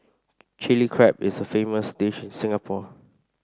Chilli Crab is a famous dish in Singapore